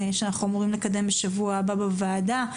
שאנחנו אמורים לקדם בשבוע הבא בוועדה,